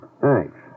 Thanks